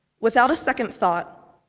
without a second thought.